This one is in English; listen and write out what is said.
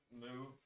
move